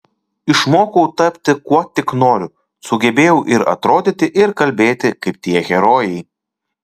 išmokau tapti kuo tik noriu sugebėjau ir atrodyti ir kalbėti kaip tie herojai